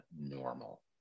normal